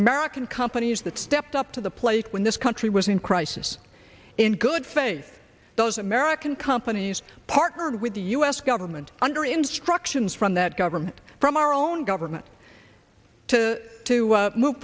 american companies that stepped up to the plate when this country was in crisis in good faith those american companies partnered with the u s government under instructions from that government from our own government to to move